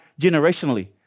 generationally